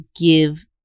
give